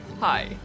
Hi